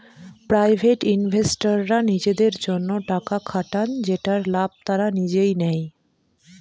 private ইনভেস্টররা নিজেদের জন্য টাকা খাটান যেটার লাভ তারা নিজেই নেয়